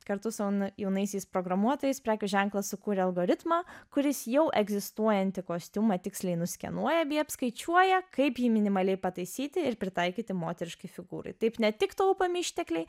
kartu su jaunaisiais programuotojais prekių ženklą sukūrė algoritmą kuris jau egzistuojantį kostiumą tiksliai nuskenuoja bei apskaičiuoja kaip jį minimaliai pataisyti ir pritaikyti moteriškai figūrai taip ne tik taupomi ištekliai